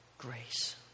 grace